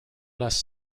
less